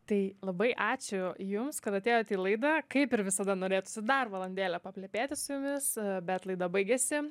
tai labai ačiū jums kad atėjot į laidą kaip ir visada norėtųsi dar valandėlę paplepėti su jumis bet laida baigėsi